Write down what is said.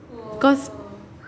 because